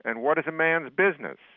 and what is a man's business?